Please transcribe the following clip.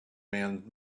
man